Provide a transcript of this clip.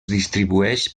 distribueix